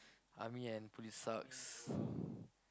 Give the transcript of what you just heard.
army and police sucks